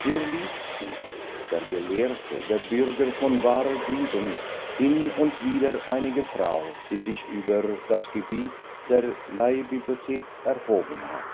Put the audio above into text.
wer liest sie der gelehrte der bürger von wahrer bildung hin und wieder eine frau die sich über das gebiet der leihbibliothek erhoben hat